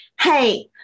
hey